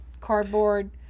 cardboard